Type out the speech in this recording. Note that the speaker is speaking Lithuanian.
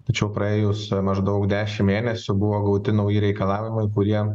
tačiau praėjus maždaug dešim mėnesių buvo gauti nauji reikalavimai kurie